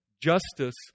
justice